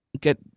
get